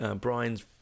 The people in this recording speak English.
brian's